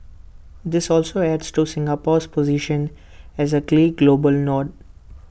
this also adds to Singapore's position as A key global node